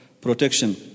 protection